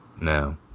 no